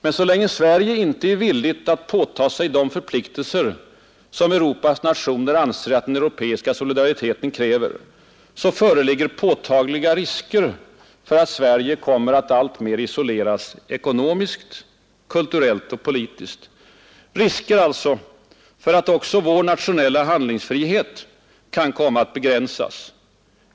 Men så länge Sverige inte är villigt att påtaga sig de förpliktelser Europas nationer anser att den europeiska solidariteten kräver, föreligger påtagliga risker för att Sverige kommer att alltmer isoleras ekonomiskt, kulturellt och politiskt, risker alltså för att också vår nationella handlingsfrihet kan komma att successivt begränsas.